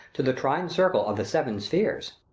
to the trine circle of the seven spheres.